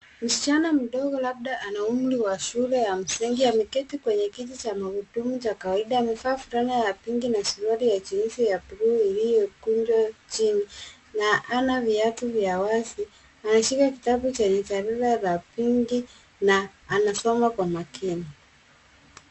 Msichana mdogo labda ana umri wa shule ya msingi, ameketi kwenye kiti cha magurudumu cha kawaida. Amevaa fulana ya pinki na suruali ya jinzi ya buluu iliyokunjwa chini, na ana viatu vya wazi. Anashika kitabu chenye jarida la pinki na anasoma kwa makini.